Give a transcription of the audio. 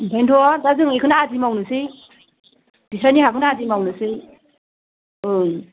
बेखायनोथ' दा जों बेखौनो आदि मावनोसै बिसोरनि हाखौनो आदि मावनोसै ओं